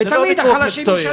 ותמיד החלשים ישלמו.